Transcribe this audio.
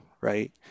right